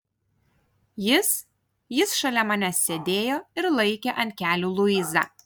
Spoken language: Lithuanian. jis jis šalia manęs sėdėjo ir laikė ant kelių luizą